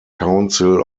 council